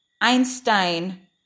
Einstein